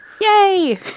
Yay